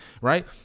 right